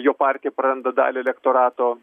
jo partija praranda dalį elektorato